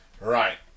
Right